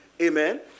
Amen